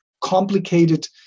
complicated